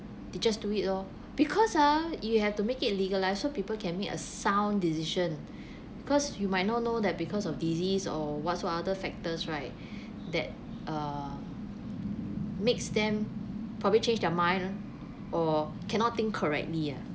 they just do it loh because ah you have to make it legalized so people can make a sound decision because you might not know that because of disease or what's so other factors right that err makes them probably change their mind or cannot think correctly ah